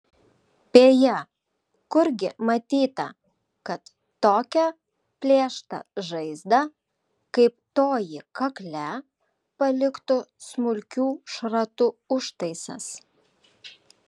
beje kurgi matyta kad tokią plėštą žaizdą kaip toji kakle paliktų smulkių šratų užtaisas